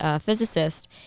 physicist